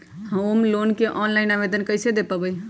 Home loan के online आवेदन कैसे दें पवई?